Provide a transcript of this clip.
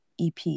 EP